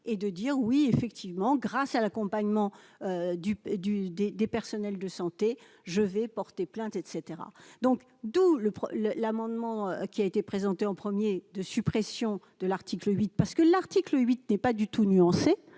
et de dire oui effectivement, grâce à l'accompagnement du du des, des personnels de santé, je vais porter plainte etc donc, d'où le le l'amendement qui a été présenté en 1er de suppression de l'article 8 parce que l'article 8 n'est pas du tout nuancé